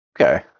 okay